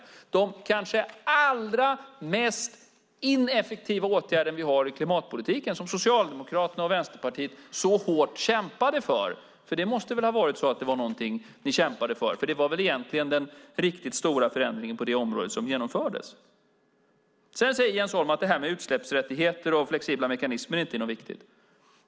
Men det är den kanske allra ineffektivaste åtgärden i klimatpolitiken - en åtgärd som Socialdemokraterna och Vänsterpartiet så hårt kämpade för. Detta måste väl ha varit något som ni kämpade för, för det var väl egentligen den riktigt stora förändring på det området som genomfördes. Jens Holm säger att detta med utsläppsrättigheter och flexibla mekanismer inte är viktigt.